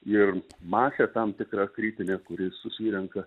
ir masė tam tikra kritinė kuri susirenka